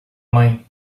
mãe